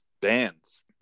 bands